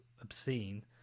obscene